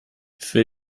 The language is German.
für